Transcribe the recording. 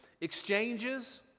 exchanges